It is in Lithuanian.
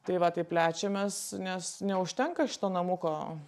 tai va taip plečiamės nes neužtenka šito namuko